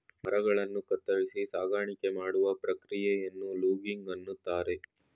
ಮರಗಳನ್ನು ಕತ್ತರಿಸಿ ಸಾಗಾಣಿಕೆ ಮಾಡುವ ಪ್ರಕ್ರಿಯೆಯನ್ನು ಲೂಗಿಂಗ್ ಅಂತರೆ